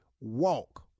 walk